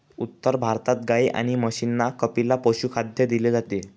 उत्तर भारतात गाई आणि म्हशींना कपिला पशुखाद्य दिले जाते